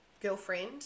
girlfriend